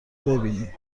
ببینی